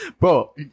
Bro